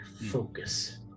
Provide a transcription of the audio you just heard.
Focus